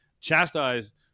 Chastised